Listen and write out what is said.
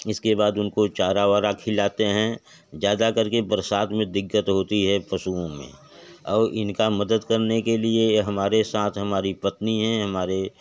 इसके बाद उनको चारा वारा खिलाते हैं ज़्यादा करके बरसात में दिक्कत होती है पशुओं में और इनका मदद करने के लिए हमारे साथ हमारी पत्नी हैं हमारे